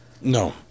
No